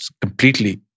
completely